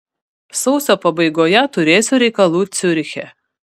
sausio pabaigoje turėsiu reikalų ciuriche